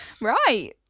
Right